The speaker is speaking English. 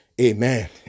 amen